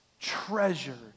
treasured